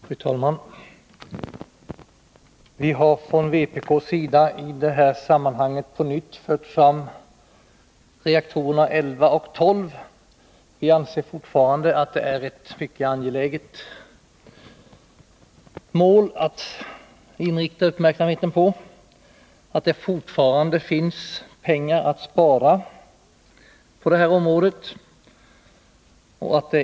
Fru talman! Vi har från vänsterpartiet kommunisternas sida i detta sammanhang på nytt aktualiserat frågan om reaktorerna 11 och 12. Vi anser fortfarande att det är mycket angeläget att rikta uppmärksamheten på att det finns pengar att spara här.